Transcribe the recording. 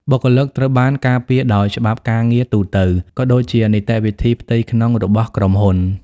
បុគ្គលិកត្រូវបានការពារដោយច្បាប់ការងារទូទៅ ក៏ដូចជានីតិវិធីផ្ទៃក្នុងរបស់ក្រុមហ៊ុន។